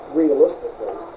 realistically